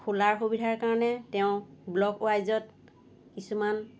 খোলাৰ সুবিধাৰ কাৰণে তেওঁ ব্লক ৱাইজত কিছুমান